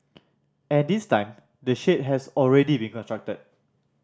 and this time the shade has already been constructed